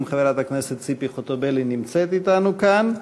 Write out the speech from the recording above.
חברת הכנסת ציפי חוטובלי נמצאת אתנו כאן.